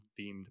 themed